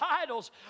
titles